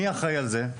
מי אחראי על זה?